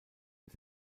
des